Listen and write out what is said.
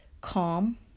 calm